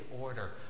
order